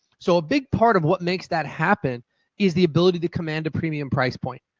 so a big part of what makes that happen is the ability to command a premium price point.